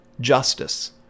justice